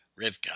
Rivka